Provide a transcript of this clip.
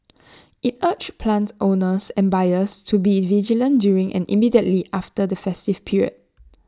IT urged plant owners and buyers to be vigilant during and immediately after the festive period